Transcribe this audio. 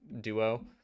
duo